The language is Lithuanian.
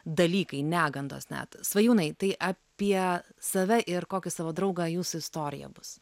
dalykai negandos net svajūnai tai apie save ir kokį savo draugą jūs istorija bus